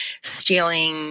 stealing